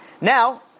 Now